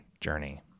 journey